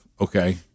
okay